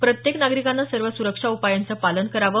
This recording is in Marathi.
प्रत्येक नागरिकाने सर्व सुरक्षा उपायांचं पालन करावं